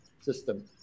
system